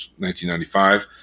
1995